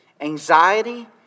anxiety